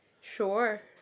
Sure